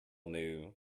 knew